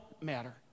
matter